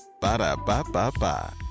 Ba-da-ba-ba-ba